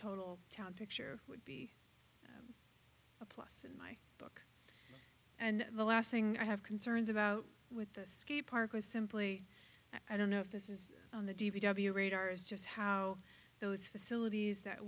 total town picture would be plus in my book and the last thing i have concerns about with the ski park is simply i don't know if this is on the d v w radar is just how those facilities that